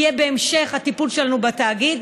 יהיה בהמשך הטיפול שלנו בתאגיד.